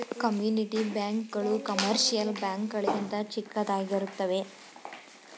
community bank ಗಳು commercial bank ಗಳಿಗಿಂತ ಚಿಕ್ಕದಾಗಿರುತ್ತವೆ